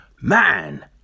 man